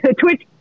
Twitch